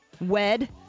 wed